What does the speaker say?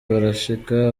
barashika